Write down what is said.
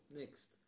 next